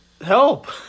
help